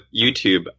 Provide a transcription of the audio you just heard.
YouTube